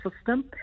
system